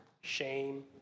shame